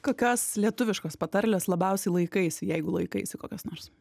kokios lietuviškos patarlės labiausiai laikais jeigu laikaisi kokios nors